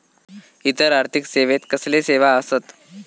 इतर आर्थिक सेवेत कसले सेवा आसत?